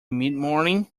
midmorning